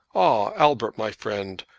ah, albert, my friend,